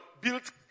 built